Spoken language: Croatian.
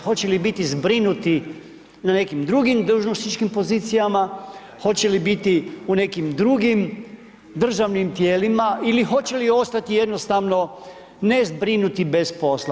Hoće li biti zbrinuti na nekim drugim dužnosničkim pozicijama, hoće li biti u nekim drugim državnim tijelima ili hoće li ostati jednostavno ne zbrinuti bez posla?